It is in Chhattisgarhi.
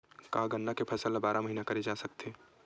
का गन्ना के फसल ल बारह महीन करे जा सकथे?